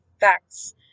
facts